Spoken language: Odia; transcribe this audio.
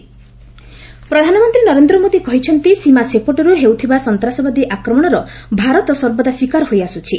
ପିଏମ୍ ଇଣ୍ଟର୍ଭ୍ୟ ପ୍ରଧାନମନ୍ତ୍ରୀ ନରେନ୍ଦ୍ର ମୋଦି କହିଛନ୍ତି ସୀମା ସେପଟରୁ ହେଉଥିବା ସନ୍ତାସବାଦୀ ଆକ୍ରମଣର ଭାରତ ସର୍ବଦା ଶିକାର ହୋଇଆସୁଛି